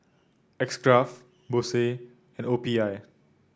X Craft Bose and O P I